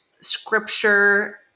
scripture